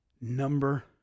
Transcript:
number